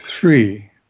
Three